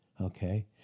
okay